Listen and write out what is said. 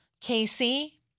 Casey